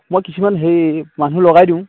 মই কিছুমান হেৰি মানুহ লগাই দিওঁ